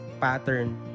pattern